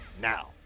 now